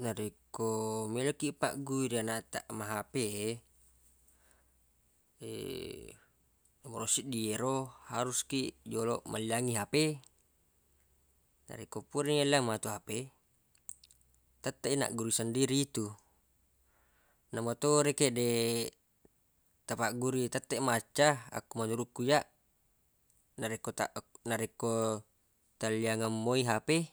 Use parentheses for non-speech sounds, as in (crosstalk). Narekko meloq ki pagguri anaq taq ma hape (hesitation) nomoroq siddi yero harus kiq joloq melliangngi hape narekko purani matu yelliang hape tetteq i naggurui sediri itu namo to rekeng deq tapaggurui tetteq toi macca akko menurukku iyyaq narekko ta- narekko talliangeng moi hape